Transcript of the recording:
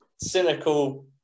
Cynical